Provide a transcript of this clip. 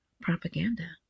propaganda